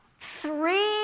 Three